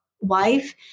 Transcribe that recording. wife